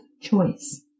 choice